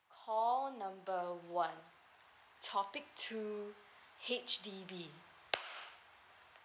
call number one topic two H_D_B